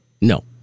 No